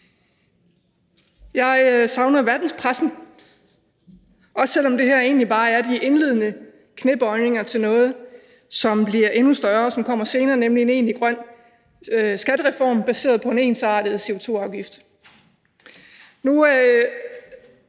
Jeg savner verdenspressen, også selv om det her egentlig bare er de indledende knæbøjninger til noget, som bliver endnu større, og som kommer senere, nemlig en egentlig grøn skattereform baseret på en ensartet CO2-afgift.